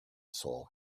soul